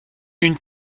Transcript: une